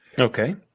Okay